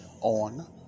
on